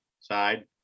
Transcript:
side